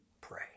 pray